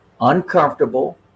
uncomfortable